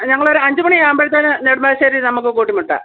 ഞങ്ങൾ ഒരു അഞ്ചുമണി ആകുമ്പോഴത്തേക്ക് നെടുമ്പാശ്ശേരി നമുക്ക് കൂട്ടിമുട്ടാം